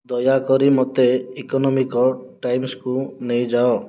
ଦୟାକରି ମୋତେ ଇକୋନୋମିକ୍ ଟାଇମ୍ସକୁ ନେଇଯାଅ